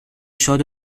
شاد